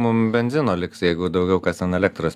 mum benzino liks jeigu daugiau kas ant elektros